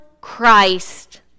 Christ